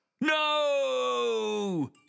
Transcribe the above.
no